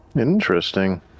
Interesting